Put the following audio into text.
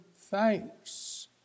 thanks